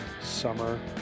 Summer